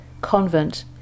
convent